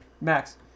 Max